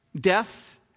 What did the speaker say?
death